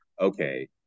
Okay